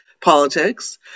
politics